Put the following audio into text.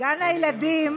גן הילדים